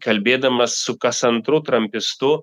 kalbėdamas su kas antru trampistu